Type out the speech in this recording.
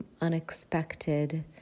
Unexpected